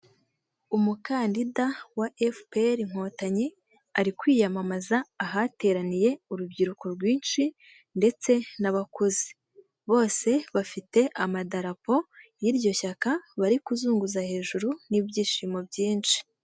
Umukandida wa efuperi Inkotanyi ari kwiyamamaza ahateraniye urubyiruko rwinshi ndetse n'abakuze, bose bafite amadarapo y'iryo shyaka bari kuzunguza hejuru n'ibyishimo byinshi.